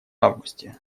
августе